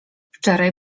wczoraj